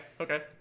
okay